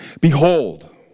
Behold